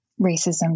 racism